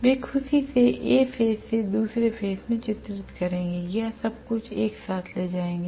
वे खुशी से A phase से दूसरे फेज में चित्रित करेंगे या सब कुछ एक साथ ले जाएंगे